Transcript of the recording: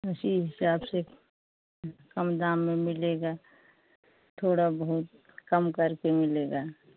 उसी हिसाब से कम दाम में मिलेगा थोड़ा बहुत कम करके मिलेगा